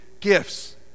gifts